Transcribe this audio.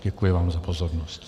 Děkuji vám za pozornost.